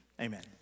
amen